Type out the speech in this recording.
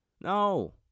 No